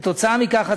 כתוצאה מכך,